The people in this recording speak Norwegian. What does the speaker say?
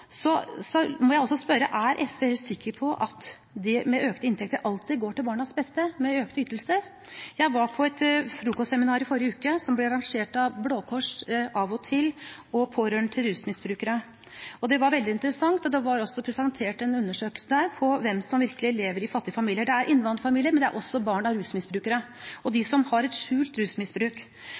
må jeg spørre: Er SV helt sikker på at økte ytelser alltid går til barnas beste? Jeg var på et frokostseminar i forrige uke som ble arrangert av Blå Kors, AV-OG-TIL og pårørende til rusmisbrukere. Det var veldig interessant. Det ble også presentert en undersøkelse der om hvem som virkelig lever i fattige familier. Det er barn i innvandrerfamilier, men det er også barn av rusmisbrukere, også de som har et skjult rusmisbruk.